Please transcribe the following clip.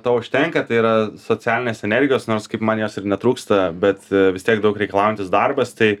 to užtenka tai yra socialinės energijos nors kaip man jos ir netrūksta bet vis tiek daug reikalaujantis darbas tai